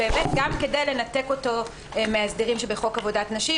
גם כדי לנתק אותו מההסדרים שבחוק עבודת נשים